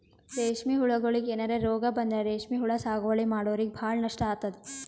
ರೇಶ್ಮಿ ಹುಳಗೋಳಿಗ್ ಏನರೆ ರೋಗ್ ಬಂದ್ರ ರೇಶ್ಮಿ ಹುಳ ಸಾಗುವಳಿ ಮಾಡೋರಿಗ ಭಾಳ್ ನಷ್ಟ್ ಆತದ್